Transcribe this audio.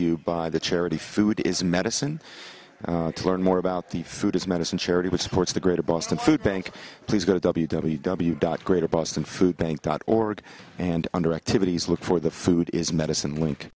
you by the charity food is medicine to learn more about the food as medicine charity which supports the greater boston food bank please go to w w w dot greater boston food bank dot org and under activities look for the food is medicine link